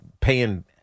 paying